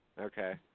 Okay